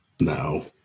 No